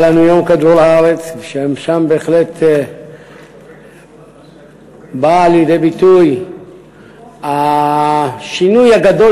היה לנו יום כדור-הארץ שבו בהחלט בא לידי ביטוי השינוי הגדול